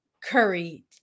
Curry